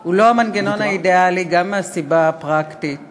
הוא לא המנגנון האידיאלי גם מהסיבה הפרקטית